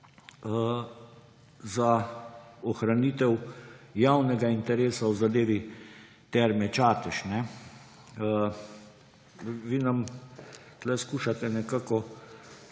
za ohranitev javnega interesa v zadevi Terme Čatež. Vi nam tu skušate nekako